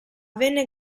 venne